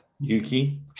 Yuki